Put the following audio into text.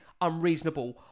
unreasonable